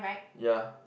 ya